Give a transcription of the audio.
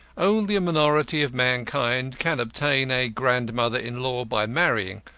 only a minority of mankind can obtain a grandmother-in-law by marrying,